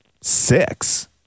six